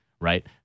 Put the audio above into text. right